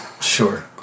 Sure